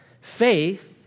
faith